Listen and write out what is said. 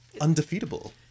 undefeatable